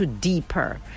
deeper